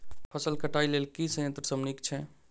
फसल कटाई लेल केँ संयंत्र सब नीक छै?